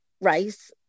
rice